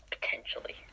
potentially